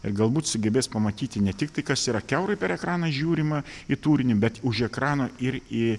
ir galbūt sugebės pamatyti ne tik tai kas yra kiaurai per ekraną žiūrima į turinį bet už ekrano ir į